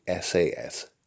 SAS